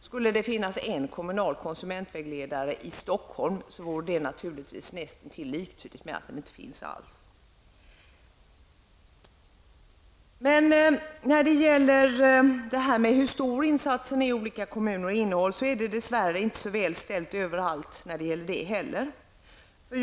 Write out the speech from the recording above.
Skulle det finnas en kommunal konsumentvägledare i Stockholm vore det naturligtvis näst intill liktydigt med att det inte finns någon alls. Olika kommuners insatser och verksamhetens innehåll är det dess värre inte heller så väl ställt med överallt.